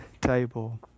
table